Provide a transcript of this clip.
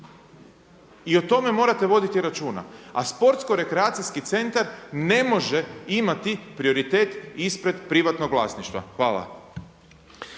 I o tome morate voditi računa. A sportsko-rekreacijski centra ne može imati prioritet ispred privatnog vlasništva. Hvala.